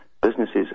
businesses